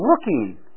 looking